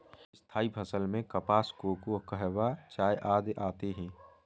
स्थायी फसल में कपास, कोको, कहवा, चाय आदि आते हैं